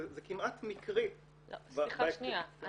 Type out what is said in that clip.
זה כמעט מקרי -- סליחה שנייה.